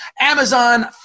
Amazon